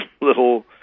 little